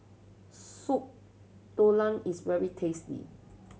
Soup Tulang is very tasty